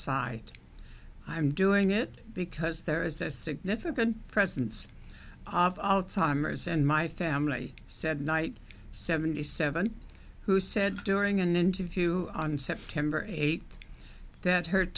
side i'm doing it because there is a significant presence of alzheimer's and my family said knight seventy seven who said during an interview on september eighth that h